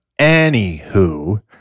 anywho